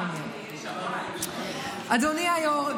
אדוני היו"ר,